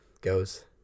goes